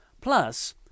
Plus